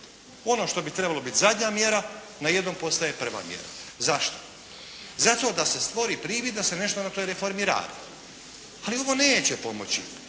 ono što bi trebalo biti zadnja mjera, najednom postaje prva mjera. Zašto? Zato da se stvori privid da se nešto na toj reformi radi. Ali ovo neće pomoći